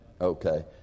Okay